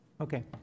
Okay